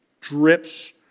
drips